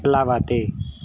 प्लवते